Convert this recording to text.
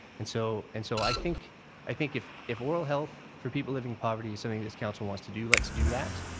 and so and so i think i think if if oral health for people living in poverty is something this council wants to do, let's do that.